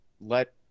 let